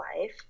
life